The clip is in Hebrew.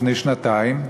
לפני שנתיים,